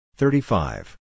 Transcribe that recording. thirty-five